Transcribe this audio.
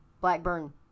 Blackburn